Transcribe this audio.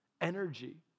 energy